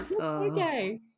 okay